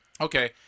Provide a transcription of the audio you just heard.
Okay